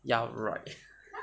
ya right